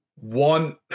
one